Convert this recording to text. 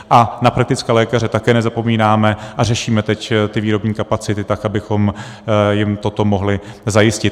A na praktické lékaře taky nezapomínáme a řešíme teď výrobní kapacity tak, abychom jim toto mohli zajistit.